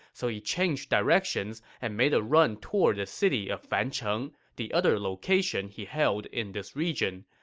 so he changed directions and made a run toward the city of fancheng, the other location he held in this region.